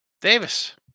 Davis